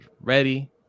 ready